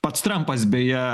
pats trampas beje